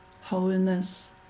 wholeness